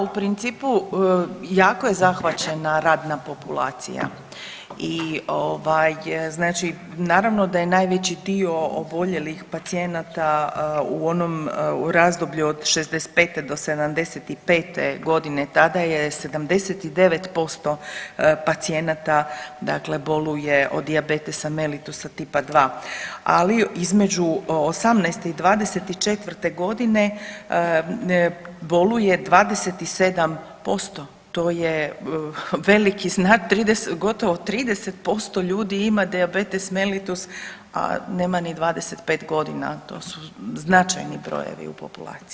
Da u principu jako je zahvaćena radna populacija i znači naravno da je najveći dio oboljelih pacijenata u razdoblju od 65. do 75. godine tada je 79% pacijenata boluje od dijabetesa melitusa TIP 2, ali između 18. i 24. godine boluje 27%, to je veliki to je gotovo 30% ljudi ima dijabetes melitus, a nema ni 25 godina, to su značajni brojevi u populaciji.